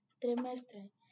trimestre